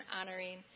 honoring